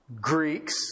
Greeks